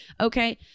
Okay